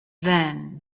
then